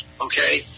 Okay